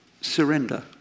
surrender